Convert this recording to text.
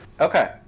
okay